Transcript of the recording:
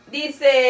dice